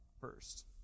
first